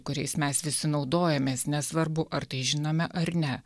kuriais mes visi naudojamės nesvarbu ar tai žinome ar ne